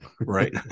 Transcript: Right